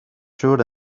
shoot